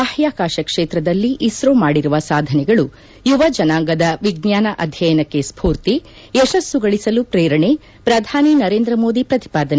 ಬಾಹ್ಯಾಕಾಶ ಕ್ಷೇತ್ರದಲ್ಲಿ ಇಸ್ರೋ ಮಾಡಿರುವ ಸಾಧನೆಗಳು ಯುವ ಜನಾಂಗದ ವಿಚ್ಚಾನ ಅಧ್ಯಯನಕ್ಷೆ ಸ್ಯೂರ್ತಿ ಯಶಸ್ಸುಗಳಿಸಲು ಪ್ರೇರಣೆ ಪ್ರಧಾನಿ ನರೇಂದ್ರ ಮೋದಿ ಪ್ರತಿಪಾದನೆ